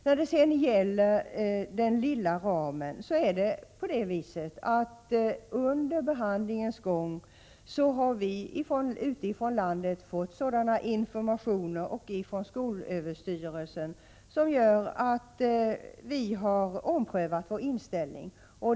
När det gäller den lilla ramen visade det sig under behandlingens gång att vi utifrån landet och från SÖ fick sådana informationer att vi omprövade vår inställning.